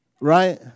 Right